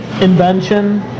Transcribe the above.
invention